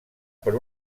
per